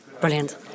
Brilliant